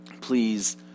Please